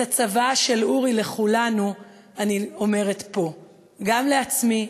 את הצוואה של אורי לכולנו אני אומרת פה לעצמנו,